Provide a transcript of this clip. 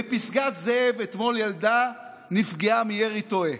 בפסגת זאב אתמול ילדה נפגעה מירי תועה,